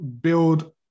build